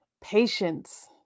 patience